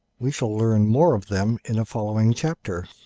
we shall learn more of them in a following chapter.